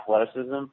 athleticism